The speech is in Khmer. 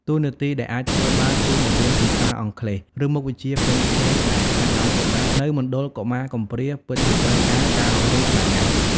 តួនាទីដែលអាចធ្វើបាន គឺបង្រៀនភាសាអង់គ្លេស ឬមុខវិជ្ជាផ្សេងៗដែលអាចឲ្យកុមារនៅមណ្ឌលកុមារកំព្រាពិតជាត្រូវការការអប់រំខ្លាំងណាស់។